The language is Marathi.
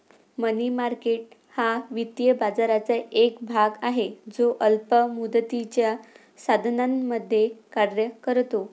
मनी मार्केट हा वित्तीय बाजाराचा एक भाग आहे जो अल्प मुदतीच्या साधनांमध्ये कार्य करतो